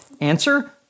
Answer